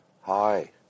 Hi